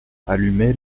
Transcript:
allumer